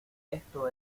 esto